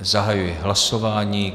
Zahajuji hlasování.